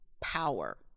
power